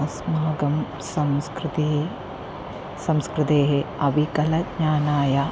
अस्माकं संस्कृतिः संस्कृतेः अविकलज्ञानाय